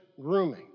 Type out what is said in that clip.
grooming